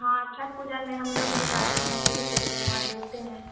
ہاں چھٹ پوجا میں ہم لوگ بھی جاتے ہیں شریک ہوتے ہیں وہاں دیکھتے ہیں